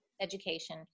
education